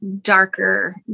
darker